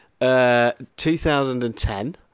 2010